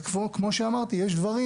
וכמו שאמרתי, יש דברים